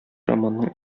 романның